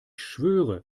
schwöre